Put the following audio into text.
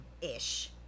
ish